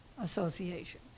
association